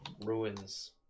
ruins